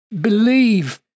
believe